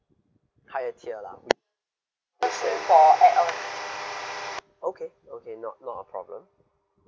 higher tier lah okay okay not not a problem